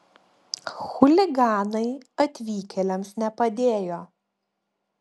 chuliganai atvykėliams nepadėjo